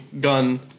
gun